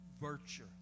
virtue